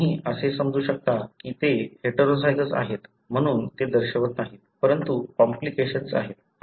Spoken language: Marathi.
तुम्ही असे समजू शकता की ते हेटेरोझायगस आहेत म्हणून ते दर्शवत नाहीत परंतु कॉम्प्लिकेशन्स आहेत